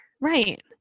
Right